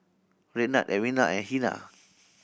Raynard Edwina and Hennie